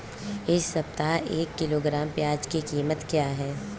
इस सप्ताह एक किलोग्राम प्याज की कीमत क्या है?